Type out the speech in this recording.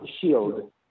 shield